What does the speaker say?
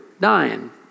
Dying